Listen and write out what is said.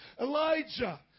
Elijah